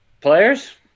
players